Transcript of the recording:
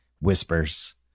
whispers